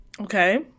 Okay